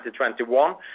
2021